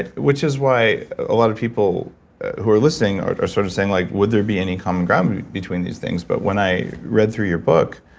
and which is why a lot of people who are listening are sort of saying like would there be any common ground between these things? but when i read your book,